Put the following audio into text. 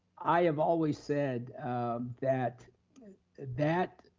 i have always said that that